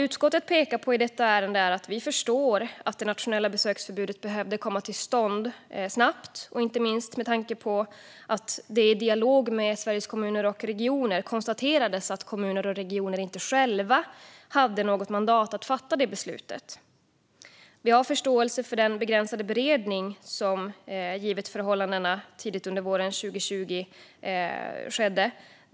Utskottet pekar i detta ärende på att vi förstår att det nationella besöksförbudet behövde komma till stånd snabbt, inte minst med tanke på att det i dialog med Sveriges Kommuner och Regioner konstaterades att kommuner och regioner inte själva hade något mandat att fatta beslutet. Vi har förståelse för den begränsade beredning som skedde givet förhållandena tidigt under våren 2020.